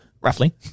Roughly